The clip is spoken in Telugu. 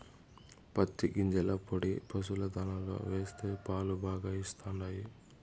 పత్తి గింజల పొడి పశుల దాణాలో వేస్తే పాలు బాగా ఇస్తండాయి